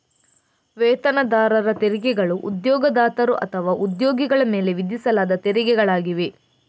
ವೇತನದಾರರ ತೆರಿಗೆಗಳು ಉದ್ಯೋಗದಾತರು ಅಥವಾ ಉದ್ಯೋಗಿಗಳ ಮೇಲೆ ವಿಧಿಸಲಾದ ತೆರಿಗೆಗಳಾಗಿವೆ